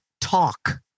talk